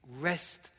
rest